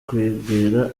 kwegera